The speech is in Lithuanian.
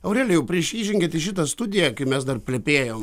aurelijau prieš įžengiant į šitą studiją mes dar plepėjom